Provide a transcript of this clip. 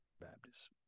Baptist